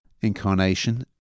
incarnation